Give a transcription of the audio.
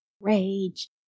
rage